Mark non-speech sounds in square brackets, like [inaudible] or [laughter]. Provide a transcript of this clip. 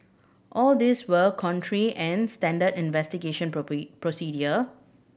all these were contrary and standard investigation [unintelligible] procedure